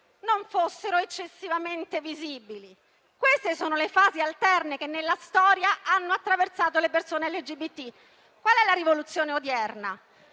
non fossero eccessivamente visibili. Queste sono le fasi alterne che, nella storia, hanno attraversato le persone LGBT. Qual è la rivoluzione odierna?